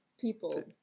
people